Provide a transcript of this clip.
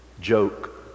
joke